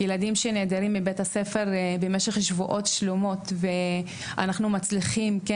ילדים שנעדרים מביה"ס במשך שבועות שלמים ואנחנו מצליחים כן